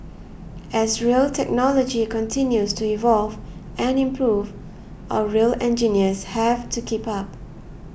as rail technology continues to evolve and improve our rail engineers have to keep up